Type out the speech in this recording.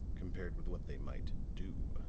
compared with what they might do.